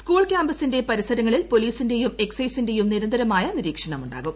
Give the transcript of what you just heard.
school കൃാമ്പസിന്റെ പരിസരങ്ങളിൽ പോലീസിന്റെയും എക്സൈസിന്റെയും നിരന്തരമായ നിരീക്ഷണമുണ്ടാകും